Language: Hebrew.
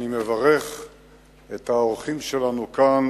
אני מברך את האורחים שלנו כאן,